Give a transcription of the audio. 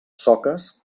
soques